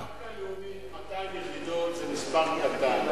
בקרקע לאומית 200 יחידות זה מספר קטן,